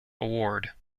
award